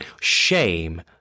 shame